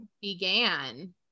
began